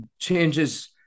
changes